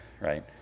right